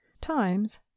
times